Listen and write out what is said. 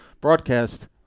broadcast –